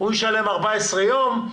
הוא ישלם 14 יום,